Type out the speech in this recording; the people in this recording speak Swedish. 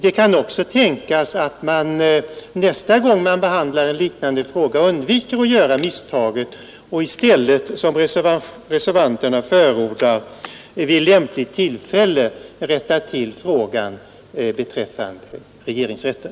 Det kan också tänkas att man nästa gång man behandlar en liknande fråga undviker att göra misstaget och i stället, som reservanterna förordar, vid lämpligt tillfälle rättar till frågan beträffande regeringsrätten.